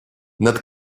над